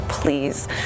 Please